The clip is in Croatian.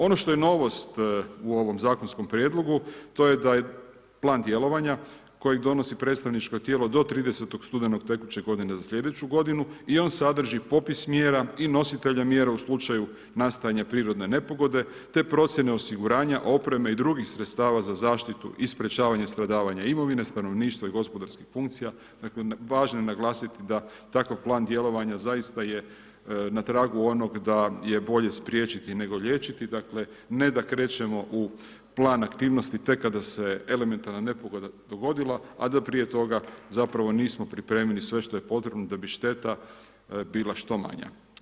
Ono što je novost u ovom zakonskom prijedlogu, to je da je plan djelovanja, koji donosi predstavničko tijelo do 30. studenog tekuće godine za slijedeću godinu i on sadrži popis mjera i nositelja mjera u slučaju nastajanje prirodne nepogode, te procjene osiguranje opreme i drugih sredstava za zaštitu i sprječavanje i stradavanje imovine, stanovništva i gospodarskih funkcija, važno je naglasiti, da takav plan djelovanja, zaista je na tragu onog da je bolje spriječiti nego liječiti, ne da krećemo u plan aktivnosti, tek kada se elementarna nepogoda dogodila, a da prije toga, zapravo nismo pripremili sve što je potrebno, da bi šteta bila što manje.